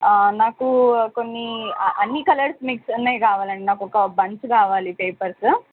నాకు కొన్ని అన్నీ కలర్స్ మిక్స్ ఉన్నవి కావాలండి నాకు ఒక బంచ్ కావాలి పేపర్స్